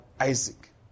Isaac